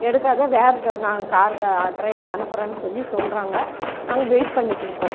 எடுக்காத வேற நாங்கள் கார் ட்ரைவரை அனுப்புகிறேன்னு சொல்லி சொல்கிறாங்க நாங்கள் வெயிட் பண்ணிகிட்டுருக்கோம்